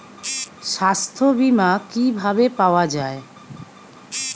সাস্থ্য বিমা কি ভাবে পাওয়া যায়?